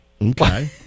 Okay